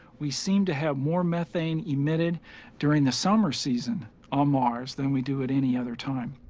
we seem to have more methane emitted during the summer season on mars than we do at any other time.